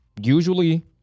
Usually